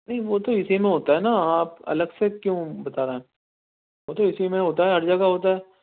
نہیں وہ تو اِسی میں ہوتا ہے نا آپ الگ سے کیوں بتا رہ وہ تو اِسی میں ہوتا ہے ہر جگہ ہوتا ہے